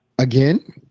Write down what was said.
again